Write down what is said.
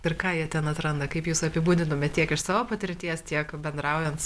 ir ką jie ten atranda kaip jūs apibūdintumėt tiek iš savo patirties tiek bendraujant